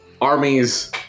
armies